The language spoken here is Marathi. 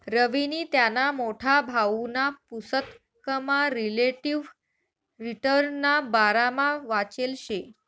रवीनी त्याना मोठा भाऊना पुसतकमा रिलेटिव्ह रिटर्नना बारामा वाचेल शे